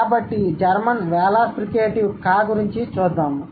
కాబట్టి German velar fricative "ఖా" గురించి చూద్దాము